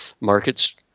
markets